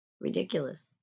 Ridiculous